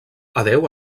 adéu